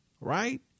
right